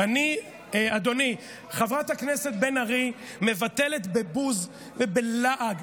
אדוני, חברת הכנסת בן ארי מבטלת בבוז ובלעג.